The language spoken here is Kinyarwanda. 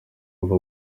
ava